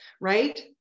Right